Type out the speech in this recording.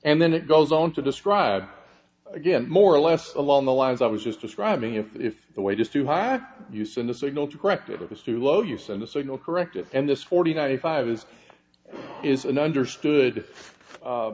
and then it goes on to describe again more or less along the lines i was just describing if the way just too high you send a signal to correct it was too low you send a signal corrected and this forty ninety five is is an understood